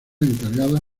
encargadas